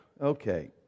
Okay